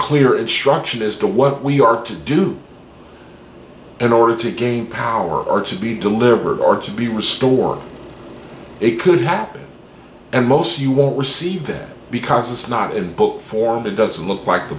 clear instruction as to what we are to do in order to gain power or to be delivered or to be restored it could happen and most you won't receive it because it's not in book form it doesn't look like the